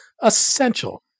essential